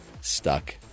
stuck